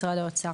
משרד האוצר.